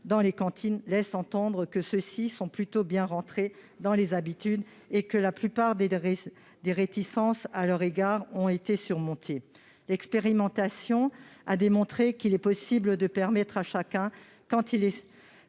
dans les cantines démontre que ces menus sont plutôt bien entrés dans les habitudes et que la plupart des réserves à ce sujet ont été surmontées. L'expérimentation a démontré qu'il est possible de permettre à chacun de